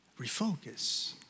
Refocus